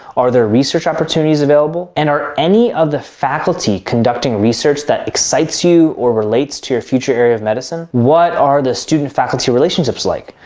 are there research opportunities available? and are any of the faculty kind of research that excites you or relates to your future area of medicine? what are the student faculty relationships like?